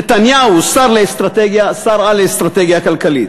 נתניהו שר-על לאסטרטגיה כלכלית.